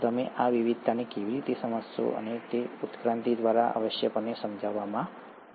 તો તમે આ વિવિધતાને કેવી રીતે સમજાવશો અને તે ઉત્ક્રાંતિ દ્વારા આવશ્યકપણે સમજાવવામાં આવ્યું છે